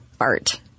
art